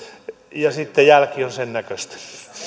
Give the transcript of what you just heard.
ja sitten jälki on sen näköistä